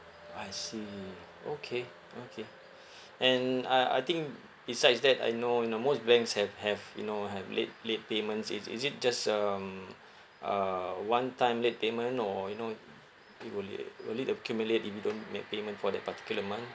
I see okay okay and uh I think besides that I know you know most banks have have you know have late late payments is is it just um a one time late payment or you know it will li~ will it accumulate if you don't make payment for that particular month